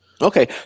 Okay